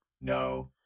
No